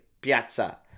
Piazza